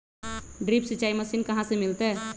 Drip सिंचाई machine कहाँ से मिलतै?